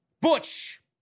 Butch